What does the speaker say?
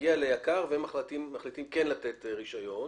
מגיע ליק"ר והם מחליטים כן לתת רישיון.